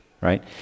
right